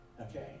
Okay